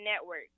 network